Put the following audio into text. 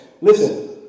Listen